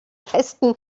festen